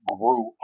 grew